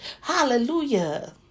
Hallelujah